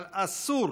אבל אסור